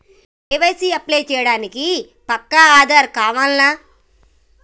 KYC apply చేయనీకి పక్కా ఆధార్ కావాల్నా?